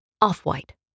off-white